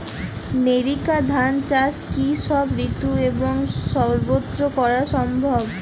NERICA ধান চাষ কি সব ঋতু এবং সবত্র করা সম্ভব?